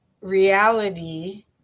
reality